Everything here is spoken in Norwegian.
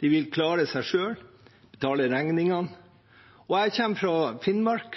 De vil klare seg selv, betale regningene. Jeg kommer fra Finnmark,